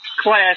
class